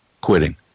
quitting